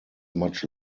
much